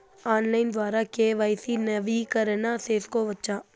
Online ద్వారా KYC నవీకరణ సేసుకోవచ్చా?